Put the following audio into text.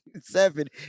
seven